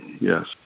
yes